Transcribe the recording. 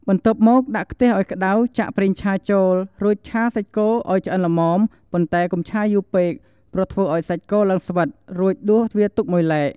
បន្ទាប់់មក ដាក់ខ្ទះឱ្យក្តៅ ចាក់ប្រេងឆាចូល រួចឆាសាច់គោឱ្យឆ្អិនល្មម ប៉ុន្តែកុំឆាយូរពេកព្រោះអាចធ្វើឱ្យសាច់គោឡើងស្វិត រួចដួសវាទុកមួយឡែក។